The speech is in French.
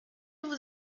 vous